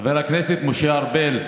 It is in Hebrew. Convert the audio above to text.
חבר הכנסת משה ארבל,